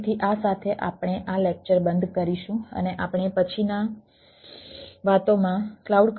તેથી આ સાથે આપણે આ લેક્ચર બંધ કરીશું અને આપણે પછીની વાતોમાં ક્લાઉડ